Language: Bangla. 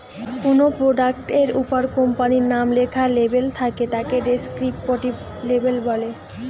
কোনো প্রোডাক্ট এর উপর কোম্পানির নাম লেখা লেবেল থাকে তাকে ডেস্ক্রিপটিভ লেবেল বলে